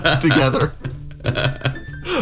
together